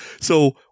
So-